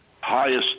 highest